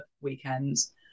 weekends